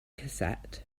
cassette